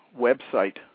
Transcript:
website